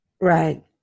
right